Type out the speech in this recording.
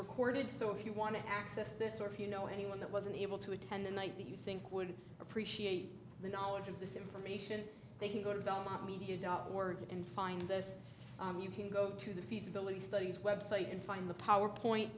recorded so if you want to access this or if you know anyone that wasn't able to attend the night that you think would appreciate the knowledge of this information they can go to www dot media dot word and find this you can go to the feasibility studies website and find the powerpoint